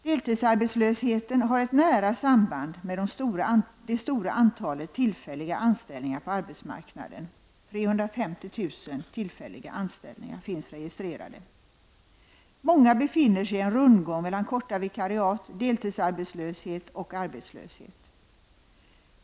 Deltidsarbetslösheten har ett nära samband med det stora antalet tillfälliga anställningar på arbetsmarknaden. Det finns 350 000 tillfälliga anställningar registrerade. Många befinner sig i en rundgång mellan korta vikariat, deltidsarbetslöshet och arbetslöshet.